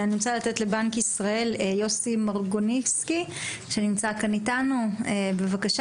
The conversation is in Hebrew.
יוסי מרגוניסקי, בנק ישראל, בבקשה.